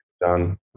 done